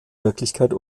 wirklichkeit